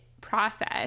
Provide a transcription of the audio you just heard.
process